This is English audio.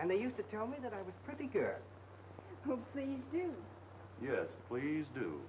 and they used to tell me that i was pretty good yes please do